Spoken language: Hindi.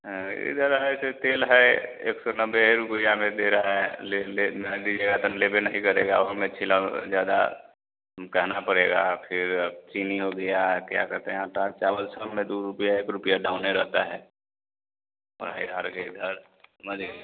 हाँ इधर आए थे तेल है एक सौ नब्बे है रुपया में दे रहा है ले ले लेबे नहीं करेगा अब हमें ज़्यादा कहना पड़ेगा फिर अब चीनी हो गया क्या कहते हैं आटा चावल सब में दो रुपया एक रुपया डाउने रहता है के इधर